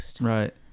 Right